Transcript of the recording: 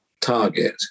target